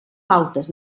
pautes